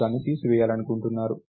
మీరు దాన్ని తీసివేయాలనుకుంటున్నారు